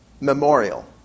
memorial